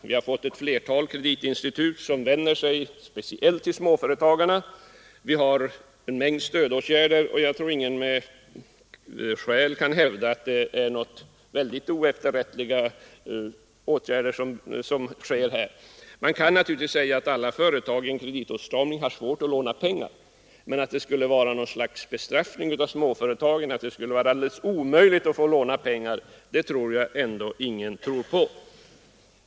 Vi har fått ett flertal kreditinstitut som vänder sig speciellt till småföretagarna, vi har satt in en mängd stödåtgärder, och jag tror inte att någon kan hävda att här föreligger oefterrättliga förhållanden. Alla företag har naturligtvis under en kreditåtstramning svårt att få låna pengar, men att det skulle utgöra något slags bestraffning av småföretagen och att det skulle vara alldeles omöjligt att låna pengar är det väl ändå ingen som tror på.